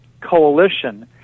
coalition